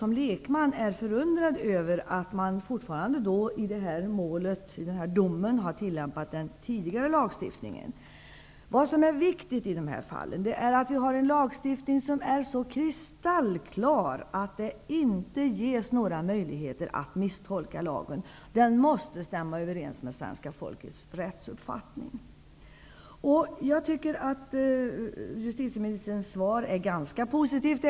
Som lekman är jag förundrad över att man ändå i den här domen har tillämpat den tidigare lagstiftningen. Vad som är viktigt i de här fallen är att vi har en lagstiftning som är så kristallklar att det inte ges några möjligheter att misstolka lagen. Tolkningen måste stämma överens med svenska folkets rättsuppfattning. Jag tycker att justitieminiterns svar är ganska positivt.